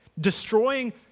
destroying